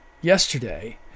yesterday